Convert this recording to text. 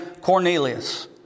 Cornelius